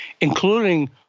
including